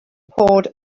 poured